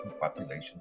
population